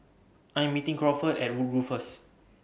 I Am meeting Crawford At Woodgrove First